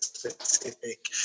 specific